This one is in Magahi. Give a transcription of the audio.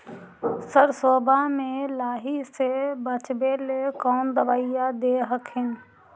सरसोबा मे लाहि से बाचबे ले कौन दबइया दे हखिन?